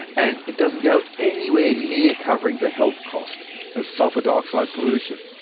and it doesn't go anywhere near covering the health cost of sulphur dioxide pollution.